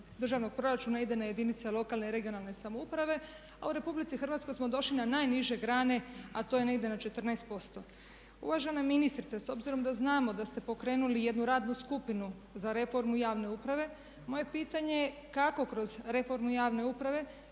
državnog proračuna ide na jedinice lokalne i regionalne samouprave a u RH smo došli na najniže grane a to je negdje na 14%. Uvažena ministrice s obzirom da znamo da ste pokrenuli jednu radnu skupinu za reformu javne uprave, moje pitanje je kako kroz reformu javne uprave